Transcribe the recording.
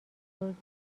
داریم